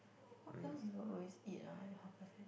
what else you all always eat ah in hawker centre